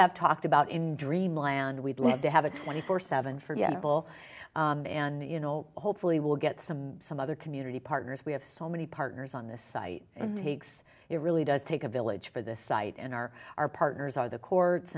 have talked about in dreamland we'd love to have a twenty four seven forgettable and you know hopefully we'll get some some other community partners we have so many partners on this site and takes it really does take a village for this site and our our partners are the courts